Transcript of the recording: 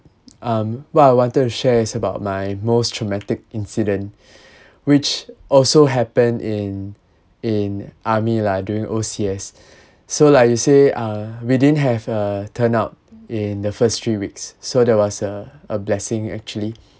um what I wanted to share is about my most traumatic incident which also happened in in army lah during O_C_S so like you say uh we didn't have a turnout in the first three weeks so that was a a blessing actually